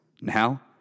Now